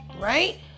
right